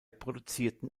produzierten